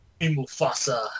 Mufasa